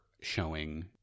showing